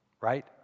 Right